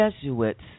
Jesuits